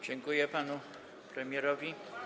Dziękuję, panu premierowi.